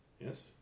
yes